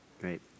great